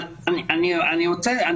אבל אני רוצה,